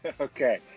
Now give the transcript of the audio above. Okay